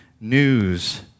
news